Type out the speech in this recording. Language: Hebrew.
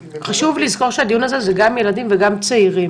חשוב לזכור שהדיון הזה הוא גם על ילדים וגם על צעירים.